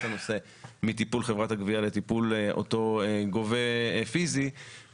הנושא מטיפול חברת הגבייה לטיפול אותו גובה פיזי,